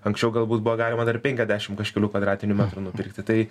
anksčiau galbūt buvo galima dar penkiasdešimt kažkelių kvadratinių metrų nupirkti tai